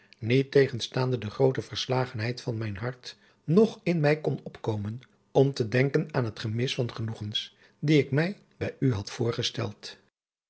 niettegenstaande de groote verslagenheid van mijn hart nog in mij kon opkomen om te denken aan het gemis van genoegens die ik mij bij u had voorgesteld